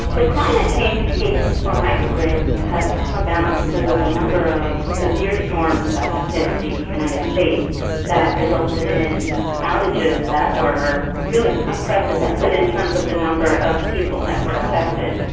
the climate change case for micro-grids has come about because of a number of severe storms that have hit the united states that resulted in outages that were really unprecedented in terms of the number of people that were affected.